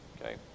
Okay